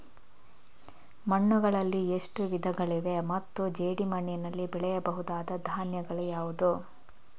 ಮಣ್ಣುಗಳಲ್ಲಿ ಎಷ್ಟು ವಿಧಗಳಿವೆ ಮತ್ತು ಜೇಡಿಮಣ್ಣಿನಲ್ಲಿ ಬೆಳೆಯಬಹುದಾದ ಧಾನ್ಯಗಳು ಯಾವುದು?